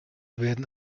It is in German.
werden